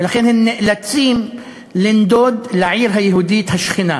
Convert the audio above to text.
ולכן הם נאלצים לנדוד לעיר היהודית השכנה